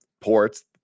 ports